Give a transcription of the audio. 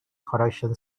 correction